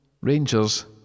Rangers